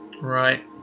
right